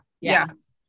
Yes